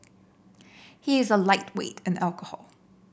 he is a lightweight in alcohol